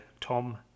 Tom